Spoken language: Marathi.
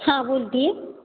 हां बोलते आहे